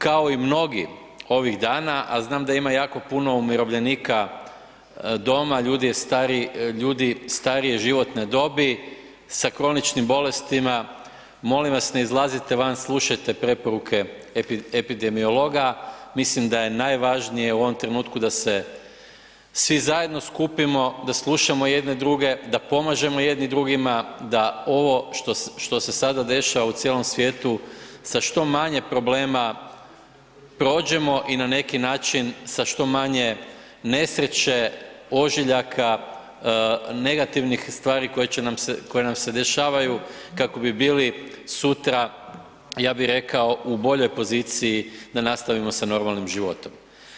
Kao i mnogi ovih dana a znam da ima jako puno umirovljenika doma, ljudi starije životne dobi sa kroničnim bolestima, molim vas, ne izlazite vas, slušajte preporuke epidemiologa, mislim da je najvažnije u ovom trenutku da se svi zajedno skupimo, da slušamo jedni druge, da pomažemo jedni drugim, da ovo što se sada dešava u cijelom svijetu sa što manje problema prođemo i na neki način sa što manje nesreće, ožiljaka, negativnih stvari koje nam dešavaju kako bi bili sutra ja bi rekao u boljoj poziciji da nastavimo sa normalnim životom.